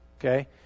okay